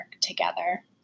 together